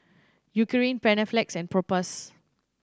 Eucerin Panaflex and Propass